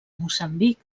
moçambic